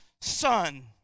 son